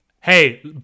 Hey